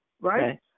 right